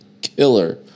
killer